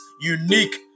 unique